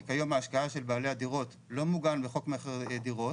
כי כיום ההשקעה של בעלי הדירות לא מוגן בחוק מכר דירות.